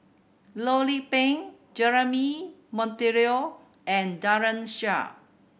Loh Lik Peng Jeremy Monteiro and Daren Shiau